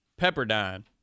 Pepperdine